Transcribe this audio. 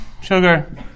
sugar